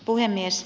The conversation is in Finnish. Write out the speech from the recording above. puhemies